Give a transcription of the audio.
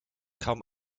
kaum